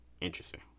Interesting